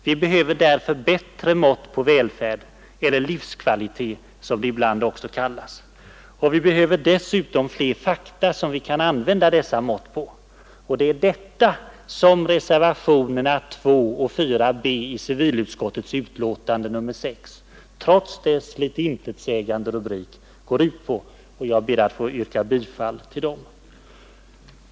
Vi behöver därför bättre mått på välfärd eller livskvalitet, som det ibland också kallas. Vi behöver dessutom flera fakta som vi kan använda dessa mått på, och det är detta som reservationerna 2 och 4 bi civilutskottets betänkande nr 6 trots den litet intetsägande rubriken går ut på. Jag ber att få yrka bifall till de nämnda reservationerna.